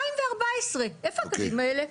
ב-2014, איפה הקווים האלה?